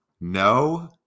no